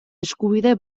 eskubide